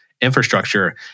infrastructure